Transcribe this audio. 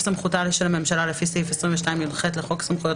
סמכותה של הממשלה לפי סעיף 22יח לחוק סמכויות